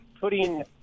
putting